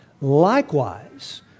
Likewise